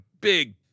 big